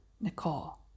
Nicole